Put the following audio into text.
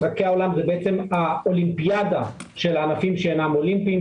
משחקי העולם זה האולימפיאדה של הענפים שאינם אולימפיים,